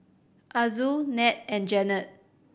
Azul Ned and Janet